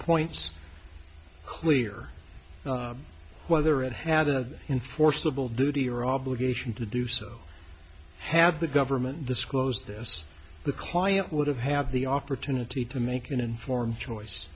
points clear whether it had a enforceable duty or obligation to do so have the government disclose this the client would have the opportunity to make an informed choice